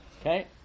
Okay